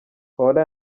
paola